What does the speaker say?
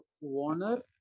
Warner